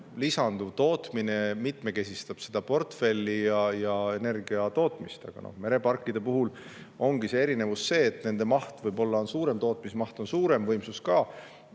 lisanduv tootmine mitmekesistab portfelli ja energiatootmist. Mereparkide puhul ongi eripära see, et nende maht on võib‑olla suurem: tootmismaht on suurem, võimsus ka.